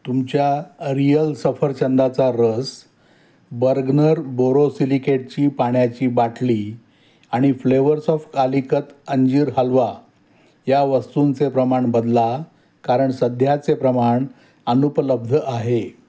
तुमच्या a real सफरचंदाचा रस बर्गनर बोरोसिलिकेटची पाण्याची बाटली आणि फ्लेवर्स ऑफ कालिकत अंजीर हलवा या वस्तूंचे प्रमाण बदला कारण सध्याचे प्रमाण अनुपलब्ध आहे